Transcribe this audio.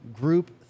group